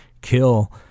kill